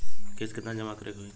किस्त केतना जमा करे के होई?